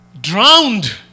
drowned